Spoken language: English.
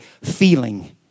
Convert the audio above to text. feeling